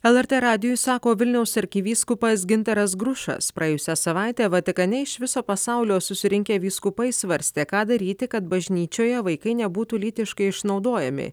lrt radijui sako vilniaus arkivyskupas gintaras grušas praėjusią savaitę vatikane iš viso pasaulio susirinkę vyskupai svarstė ką daryti kad bažnyčioje vaikai nebūtų lytiškai išnaudojami